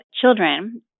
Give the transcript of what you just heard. children